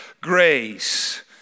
grace